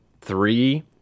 three